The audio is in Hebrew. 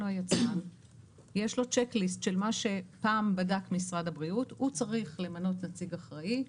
יש צ'ק ליסט של מה שפעם בדק משרד הבריאות והוא צריך למנות נציג אחראי.